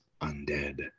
undead